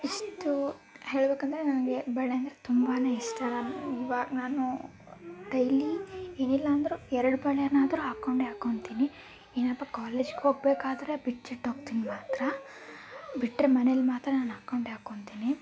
ಇಷ್ಟು ಹೇಳಬೇಕಂದ್ರೆ ನನಗೆ ಬಳೆ ಅಂದರೆ ತುಂಬಾ ಇಷ್ಟ ನಾನು ನಾನು ಡೈಲಿ ಏನಿಲ್ಲಾಂದರೂ ಎರಡು ಬಳೆನಾದ್ರೂ ಹಾಕ್ಕೊಂಡೇ ಹಾಕೊತಿನಿ ಏನಪ್ಪ ಕಾಲೇಜ್ಗೆ ಹೋಗಬೇಕಾದ್ರೆ ಬಿಚ್ಚಿಟ್ಟು ಹೋಗ್ತೀನಿ ಮಾತ್ರ ಬಿಟ್ಟರೆ ಮನೇಲಿ ಮಾತ್ರ ನಾನು ಹಾಕ್ಕೊಂಡೇ ಹಾಕೊತೀನಿ